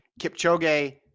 Kipchoge